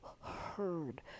heard